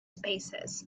spaces